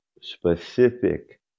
specific